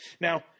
Now